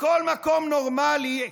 בכל מקום נורמלי,